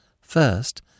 First